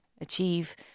achieve